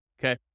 Okay